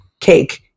cake